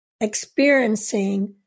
Experiencing